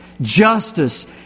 justice